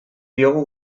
diogu